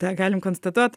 tą galim konstatuot